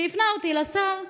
שהפנה אותי לשר גינזבורג,